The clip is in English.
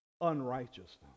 unrighteousness